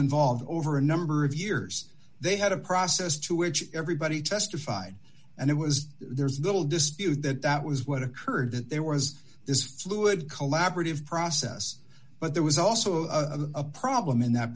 involved over a number of years they had a process to which everybody testified and it was there's little dispute that that was what occurred that there was this fluid collaborative process but there was also a problem in that